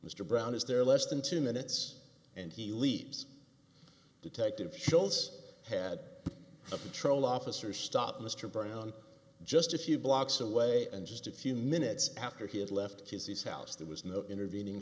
mr brown is there less than two minutes and he leaves the detective shows had a patrol officer stop mr brown just a few blocks away and just a few minutes after he had left his house there was no intervening